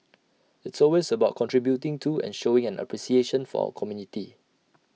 it's always about contributing to and showing an appreciation for our community